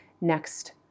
next